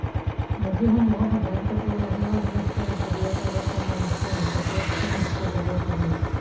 নদীসমূহক সাধাৰণতে পলসুৱা শিলাস্তৰ বা দুয়োটাৰে কোনো মিশ্ৰণ হিচাপে শ্ৰেণীভুক্ত কৰিব পাৰি